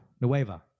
Nueva